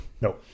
No